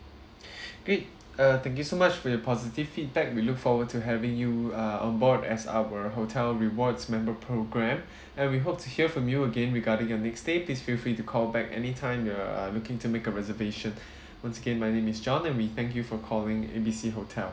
pi~ uh thank you so much for your positive feedback we look forward to having you uh on board as our hotel rewards member programme and we hope to hear from you again regarding your next stay please feel free to call back anytime you are looking to make a reservation once again my name is john and we thank you for calling A B C hotel